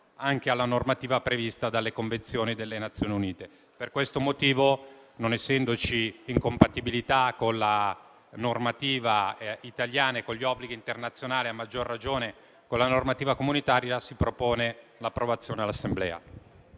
anche alla normativa prevista dalle convenzioni delle Nazioni Unite. Per questo motivo, non essendoci incompatibilità con la normativa italiana, con gli obblighi internazionali e, a maggior ragione, con la normativa comunitaria, se ne propone l'approvazione all'Assemblea.